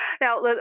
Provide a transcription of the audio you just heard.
Now